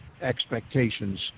expectations